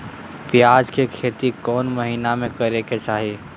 प्याज के खेती कौन महीना में करेके चाही?